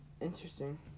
interesting